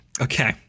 Okay